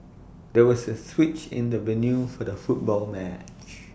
there was A switch in the venue for the football match